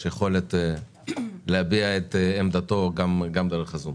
הסביבה יש יכולת להביע את עמדתו גם דרך הזום.